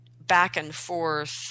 back-and-forth